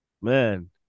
man